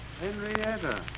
Henrietta